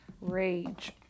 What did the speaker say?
Rage